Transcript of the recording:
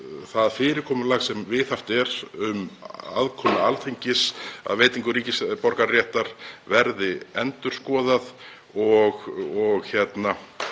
það fyrirkomulag sem viðhaft er um aðkomu Alþingis að veitingu ríkisborgararéttar verði endurskoðað þannig